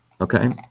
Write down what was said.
Okay